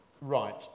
right